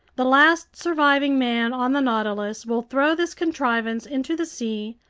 the last surviving man on the nautilus will throw this contrivance into the sea,